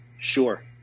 Sure